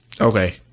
Okay